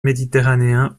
méditerranéens